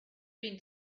been